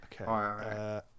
Okay